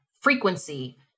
frequency